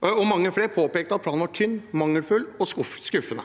og mange flere påpekte at planen var tynn, mangelfull og skuffende.